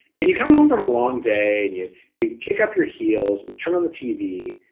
and you come home from a long day and you you kick up your heels and you turn on the tv,